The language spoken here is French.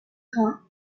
rhin